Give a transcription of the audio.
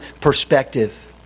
perspective